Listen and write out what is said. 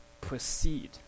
proceed